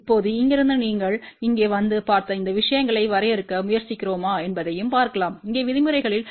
இப்போது இங்கிருந்து நீங்கள் இங்கே வந்து பார்த்த இந்த விஷயங்களை வரையறுக்க முயற்சிக்கிறோமா என்பதையும் பார்க்கலாம் இங்கே விதிமுறைகளில்